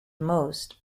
most